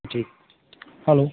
ठीक हलो